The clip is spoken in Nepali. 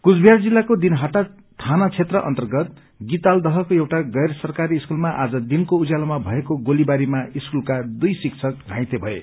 कूचबिहार जिल्लाको दिनहाटा थाना क्षेत्र अन्तर्गत गितालदहको एउटा गैर सरकारी स्कूलमा आज दिनको उज्यालोमा रं भएको गोलीवारीमा स्कूलका दुइ शिक्षक घाइते भए